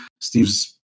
Steve's